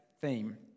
theme